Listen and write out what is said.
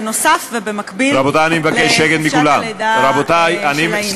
בנוסף ובמקביל לחופשת הלידה של האישה.